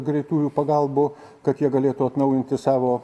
greitųjų pagalbų kad jie galėtų atnaujinti savo